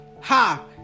Ha